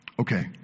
Okay